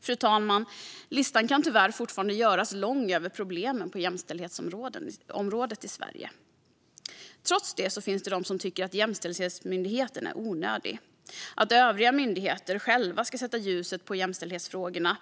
Fru talman! Listan kan tyvärr fortfarande göras lång över problemen på jämställdhetsområdet i Sverige. Trots det finns de som tycker att Jämställdhetsmyndigheten är onödig och att övriga myndigheter själva ska sätta ljuset på jämställdhetsfrågorna.